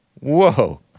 Whoa